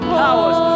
powers